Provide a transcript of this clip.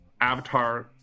Avatar